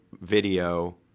video